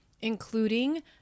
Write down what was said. including